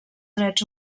drets